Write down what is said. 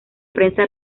prensa